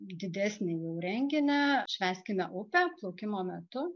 didesnį jau renginį švęskime upę plaukimo metu